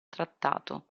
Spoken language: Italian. trattato